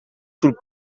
sul